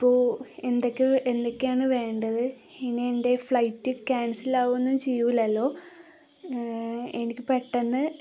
അപ്പോള് എന്തൊക്കെ എന്തൊക്കെയാണു വേണ്ടത് ഇനി എൻ്റെ ഫ്ലൈറ്റ് ക്യാൻസലാവുകയൊന്നും ചെയ്യില്ലല്ലോ എനിക്കു പെട്ടെന്ന്